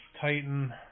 Titan